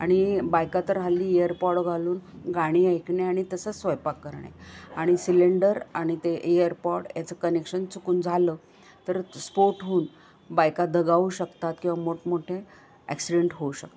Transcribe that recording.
आणि बायका तर हल्ली इअरपॉड घालून गाणी ऐकणे आणि तसंच स्वयंपाक करणे आणि सिलेंडर आणि ते इअरपॉड याचं कनेक्शन चुकून झालं तर स्फोट होऊन बायका दगावू शकतात किंवा मोठमोठे ॲक्सिडेंट होऊ शकतात